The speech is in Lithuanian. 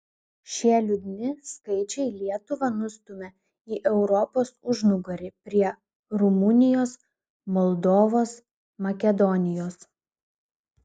šie liūdni skaičiai lietuvą nustumia į europos užnugarį prie rumunijos moldovos makedonijos